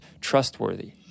trustworthy